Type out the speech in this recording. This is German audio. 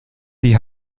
die